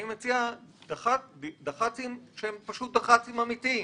אני מציע דח"צים אמיתיים.